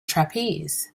trapeze